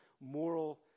moral